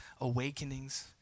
awakenings